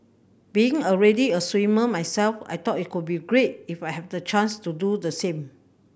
being already a swimmer myself I thought it could be great if I have the chance to do the same